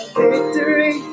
victory